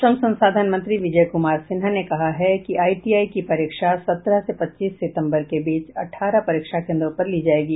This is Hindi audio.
श्रम संसाधन मंत्री विजय कुमार सिन्हा ने कहा है कि आईटीआई की परीक्षा सत्रह से पच्चीस सितम्बर के बीच अठारह परीक्षा केन्द्रों पर ली जायेगी